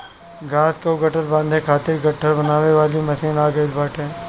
घाँस कअ गट्ठर बांधे खातिर गट्ठर बनावे वाली मशीन आ गइल बाटे